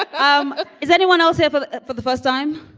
um is anyone else here for for the first time?